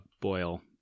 boil